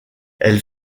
elle